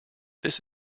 this